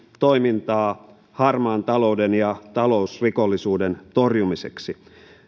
toimintaa harmaan talouden ja talousrikollisuuden torjumiseksi